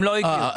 לא הגיעו.